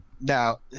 Now